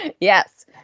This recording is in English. Yes